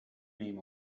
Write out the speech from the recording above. name